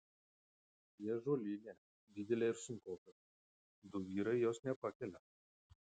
ji ąžuolinė didelė ir sunkoka du vyrai jos nepakelia